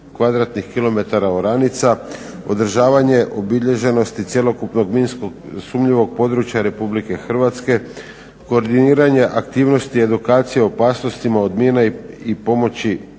kvadratnih kilometara oranica, održavanje obilježenosti cjelokupnog minskog sumnjivog područja Republike Hrvatske, koordiniranje aktivnosti i edukacije o opasnostima od mine i pomoći